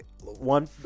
one